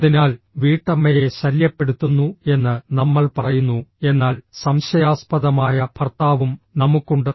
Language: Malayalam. അതിനാൽ വീട്ടമ്മയെ ശല്യപ്പെടുത്തുന്നു എന്ന് നമ്മൾ പറയുന്നു എന്നാൽ സംശയാസ്പദമായ ഭർത്താവും നമുക്കുണ്ട്